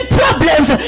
problems